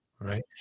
Right